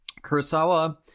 Kurosawa